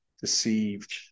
deceived